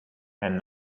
and